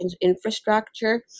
infrastructure